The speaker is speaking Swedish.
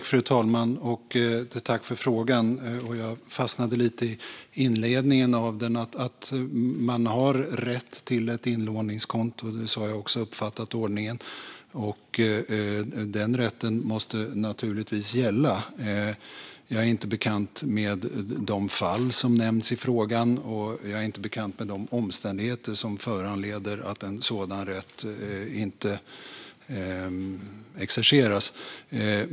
Fru talman! Jag tackar för frågan. Jag fastnade i inledningen av frågan, nämligen rätten till ett inlåningskonto. Så har jag också uppfattat ordningen. Den rätten måste naturligtvis gälla. Jag är inte bekant med de fall som nämns i frågan, och jag är inte bekant med de omständigheter som föranleder att en sådan rätt inte exerceras.